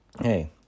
hey